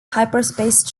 hyperspace